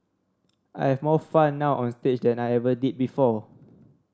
I have more fun now onstage than I ever did before